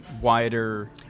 wider